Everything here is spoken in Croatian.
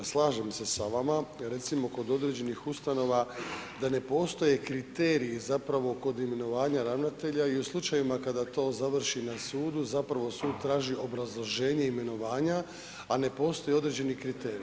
Slažem se sa vama, recimo kod određenih ustanova da ne postoje kriteriji zapravo kod imenovanja ravnatelja i u slučajevima kada to završi na sudu zapravo sud traži obrazloženje imenovanja, a ne postoje određeni kriteriji.